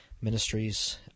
Ministries